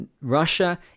Russia